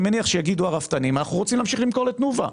אני מניח שהרפתנים יגידו: אנחנו רוצים להמשיך למכור לתנובה,